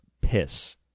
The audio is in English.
piss